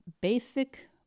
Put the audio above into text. basic